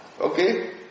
Okay